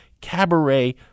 cabaret